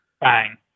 Bang